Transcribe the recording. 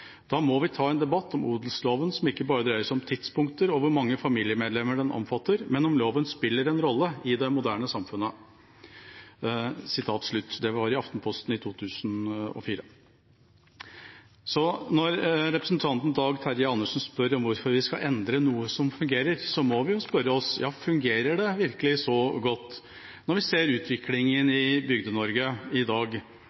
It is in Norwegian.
Da må vi ta en debatt om odelsloven som ikke bare dreier seg om tidspunkter og hvor mange familiemedlemmer den omfatter, men om loven spiller en rolle i det moderne samfunn.» Det var i Aftenposten i 2003. Når representanten Dag Terje Andersen spør om hvorfor vi skal endre noe som fungerer, må vi spørre oss om det virkelig fungerer så godt – når vi ser utviklingen